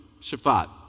Shaphat